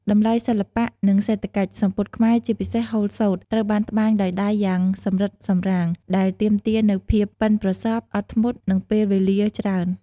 តម្លៃសិល្បៈ និងសេដ្ឋកិច្ច សំពត់ខ្មែរ ជាពិសេសហូលសូត្រ ត្រូវបានត្បាញដោយដៃយ៉ាងសម្រិតសម្រាំង ដែលទាមទារនូវភាពប៉ិនប្រសប់ អត់ធ្មត់ និងពេលវេលាច្រើន។